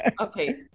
okay